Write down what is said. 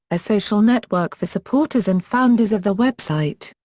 a social network for supporters and founders of the website.